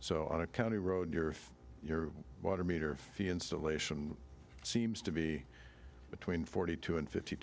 so on a county road you're if your water meter fee insulation seems to be between forty two and fifty